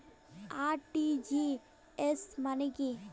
RTGS মানে কি?